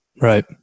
Right